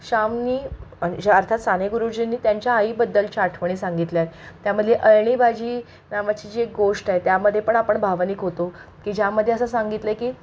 श्यामने अर्थात साने गुरुजीनी त्यांच्या आईबद्दलच्या आठवणी सांगितल्या आहेत त्यामधली अळणी भाजी नावाची जी एक गोष्ट आहे त्यामध्ये पण आपण भावनिक होतो की ज्यामध्ये असं सांगितलं आहे की